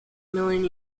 million